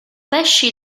pesci